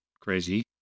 crazy